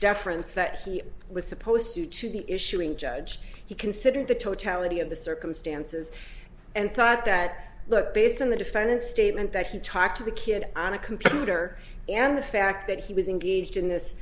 deference that he was supposed to be issuing judge he considered the totality of the circumstances and thought that look based on the defendant's statement that he talked to the kid on a computer and the fact that he was engaged in this